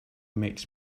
makes